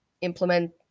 implement